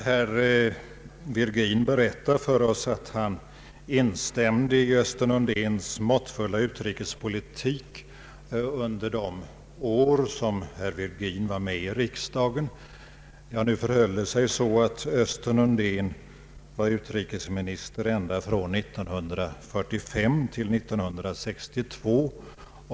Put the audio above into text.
Herr talman! Herr Virgin berättar för oss att han instämde i Östen Undéns måttfulla utrikespolitik under de år som herr Virgin varit med i riksdagen. Nu förhöll det sig så att Östen Undén var utrikesminister ända från 1945 till 1962.